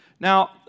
Now